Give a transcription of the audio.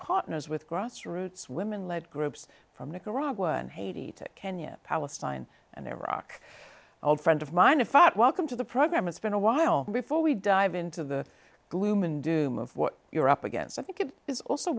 partners with grassroots women lead groups from nicaragua and haiti to kenya palestine and iraq old friend of mine a fat welcome to the program it's been a while before we dive into the gloom and doom of what you're up against i think it is also